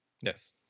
yes